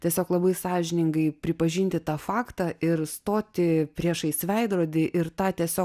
tiesiog labai sąžiningai pripažinti tą faktą ir stoti priešais veidrodį ir tą tiesiog